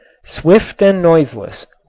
swift and noiseless.